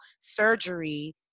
surgery